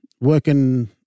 Working